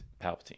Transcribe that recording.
Palpatine